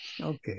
Okay